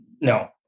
No